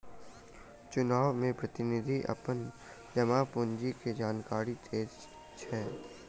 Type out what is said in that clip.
चुनाव में प्रतिनिधि अपन जमा पूंजी के जानकारी दैत छैथ